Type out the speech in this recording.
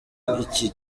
iki